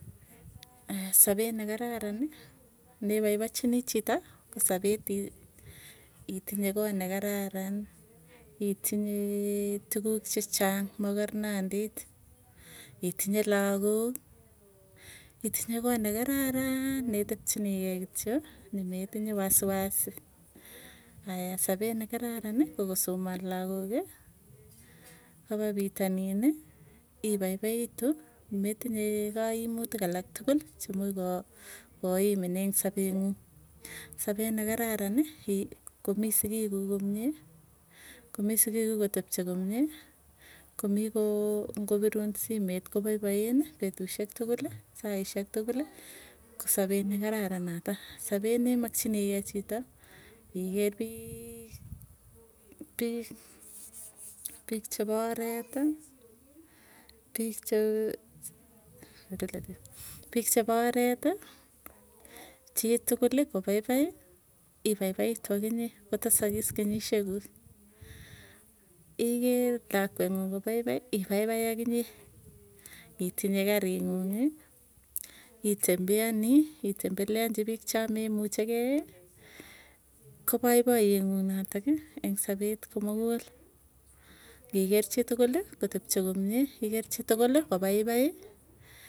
sapeet nekararani nepaipachinii chito sapet itinye koot nekararan, itinye tukuuk che chang makarnandit otinye lakok itinye koot nekararan neitepchinii kei kityo maneitinye wasiwasi, aya sapee nekararan ko kosoman lagooki kopa pitonini ipaipaitu, kometinye kaimutik alak tukul chemuch koimin eng sapee nguung, sapet nekararani komii sikiik kuuk komie, komii sigiik kuuk kotepche komie. Komii ngopirun simet kopaipaen petusyek tukuli, saisyek tukuli, sapet nekararan notok. Sapet nemakchini kei chito ikatii piik chepo oreti piik che piik chepo oreti chitukul kopaipai ipaipaitu akinye kotesakis kenyisyek kuuk, iker lakwenguung kopaipai ipaipai akinye itinye kari nguung'i. Itembeani itembeleanchi piik chaa meemuchikei kopaipaye nyuu notoki eng sapet komukul ngiker chitukuli kotepche komie iker chitukuli kopaipai.